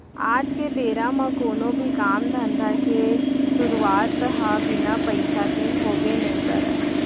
आज के बेरा म कोनो भी काम धंधा के सुरूवात ह बिना पइसा के होबे नइ करय